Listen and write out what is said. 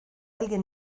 alguien